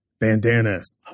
Bandanas